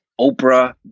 Oprah